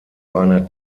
einer